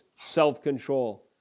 self-control